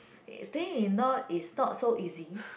staying in law is not so easy